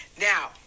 now